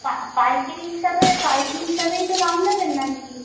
টা পাইকারী হিসাবে পাইকারী হিসাবেই তো দাম নেবেন নাকি